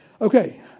Okay